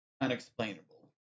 unexplainable